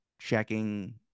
checking